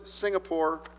Singapore